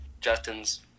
Justin's